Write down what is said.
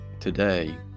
Today